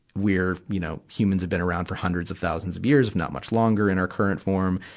we're, you know, humans have been around for hundreds of thousands of years, if not much longer, in our current form.